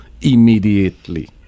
immediately